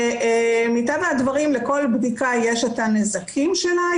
ומטבע הדברים לכל בדיקה יש את הנזקים שלה,